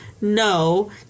no